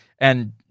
And-